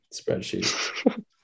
spreadsheet